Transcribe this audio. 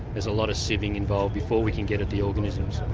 there's a lot of sieving involved before we can get at the organisms.